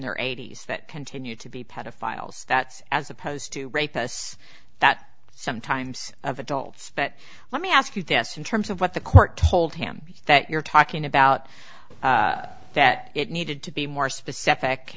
their eighty's that continue to be pedophiles that's as opposed to rapists that sometimes of adults but let me ask you this in terms of what the court told him that you're talking about that it needed to be more specific